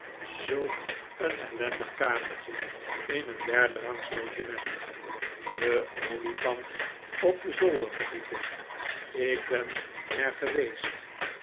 zulk een ellendig kamertje in een derderangs logement de olifant op de zolderverdieping ik ben er geweest